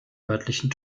örtlichen